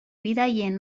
bidaien